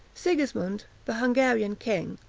sigismond, the hungarian king,